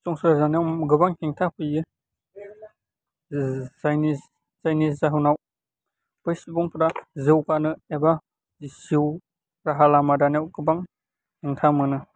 संसार जानायाव गोबां हेंथा फैयो जायनि जायनि जाहोनाव बै सुबुंफ्रा जौगानो एबा जिउ राहा लामा दानायाव गोबां हेंथा मोनो